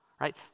Right